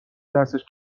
دستش